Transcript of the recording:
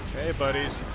anybody's